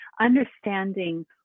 understanding